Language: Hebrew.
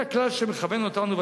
זה הכלל שמכוון אותנו,